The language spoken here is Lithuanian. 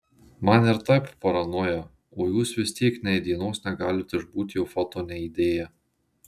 man ir taip paranoja o jūs vis tiek nei dienos negalit išbūt jo foto neįdėję